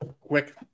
quick